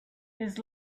his